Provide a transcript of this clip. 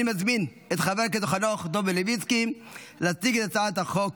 אני מזמין את חבר הכנסת חנוך דב מלביצקי להציג את הצעת החוק,